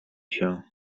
się